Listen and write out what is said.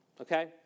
okay